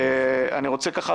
ואני רוצה ככה,